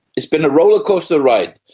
it's been a rollercoaster ride.